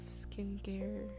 skincare